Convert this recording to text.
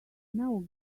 now